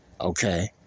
Okay